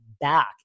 back